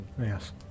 yes